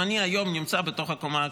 אם היום אני נמצא בתוך הקומה הכשרה,